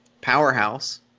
powerhouse